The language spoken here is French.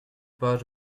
pas